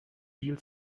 viel